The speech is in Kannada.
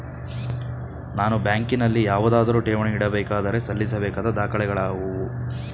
ನಾನು ಬ್ಯಾಂಕಿನಲ್ಲಿ ಯಾವುದಾದರು ಠೇವಣಿ ಇಡಬೇಕಾದರೆ ಸಲ್ಲಿಸಬೇಕಾದ ದಾಖಲೆಗಳಾವವು?